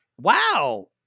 Wow